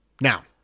Now